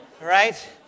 right